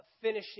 finishing